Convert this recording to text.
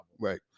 right